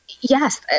yes